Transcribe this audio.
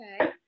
Okay